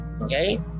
okay